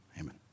Amen